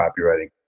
copywriting